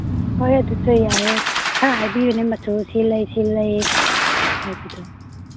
ꯍꯣꯏ ꯑꯗꯨꯁꯨ ꯌꯥꯏꯌꯦ ꯈꯔ ꯍꯥꯏꯕꯤꯌꯨꯅꯦ ꯃꯆꯨ ꯁꯤ ꯂꯩ ꯁꯤ ꯂꯩ ꯍꯥꯏꯕꯗꯨ